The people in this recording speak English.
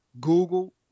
Google